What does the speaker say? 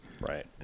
right